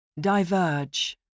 Diverge